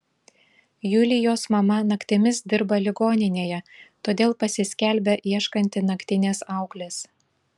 julijos mama naktimis dirba ligoninėje todėl pasiskelbia ieškanti naktinės auklės